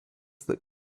that